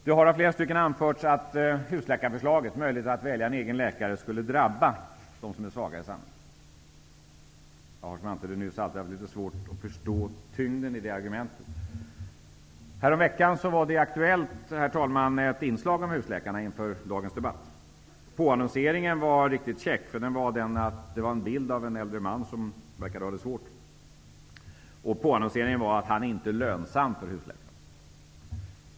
Det har av flera talare anförts att husläkarförslaget, möjligheten att välja en egen läkare, skulle drabba de som är svaga i samhället. Jag har, som jag antydde nyss, alltid haft litet svårt att förstå tyngden i det argumentet. Häromveckan, herr talman, var det i Aktuellt inför dagens debatt ett inslag om husläkarna. Påannonseringen var riktigt käck. Det var en bild av en äldre man, som verkade ha det svårt, och det gick ut på att mannen inte var lönsam för husläkarna.